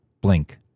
blink